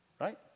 right